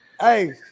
Hey